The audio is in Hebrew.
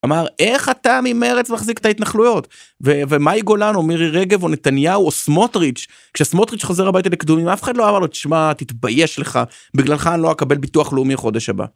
אמר איך אתה ממרץ מחזיק את ההתנחלויות, ומאי גולן או מירי רגב או נתניהו או סמוטריץ', כשסמוטריץ' חוזר הביתה לקדומים אף אחד לא אמר לו תשמע תתבייש לך, בגללך אני לא אקבל ביטוח לאומי חודש הבא.